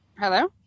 Hello